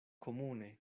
komune